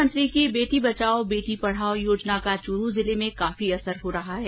प्रधानमंत्री की बेटी बढाओ बेटी बचाओ योजना का चूरू जिले में काफी असर हो रहा है